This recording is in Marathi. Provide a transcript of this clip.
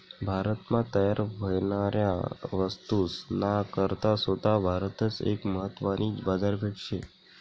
भारत मा तयार व्हनाऱ्या वस्तूस ना करता सोता भारतच एक महत्वानी बाजारपेठ शे